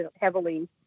heavily